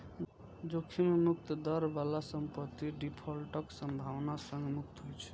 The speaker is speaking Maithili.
जोखिम मुक्त दर बला संपत्ति डिफॉल्टक संभावना सं मुक्त होइ छै